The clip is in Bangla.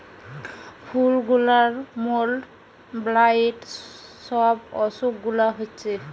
ফুল গুলার মোল্ড, ব্লাইট সব অসুখ গুলা হচ্ছে